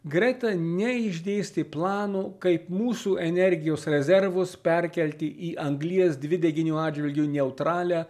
greta neišdėstė plano kaip mūsų energijos rezervus perkelti į anglies dvideginio atžvilgiu neutralią